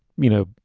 you know,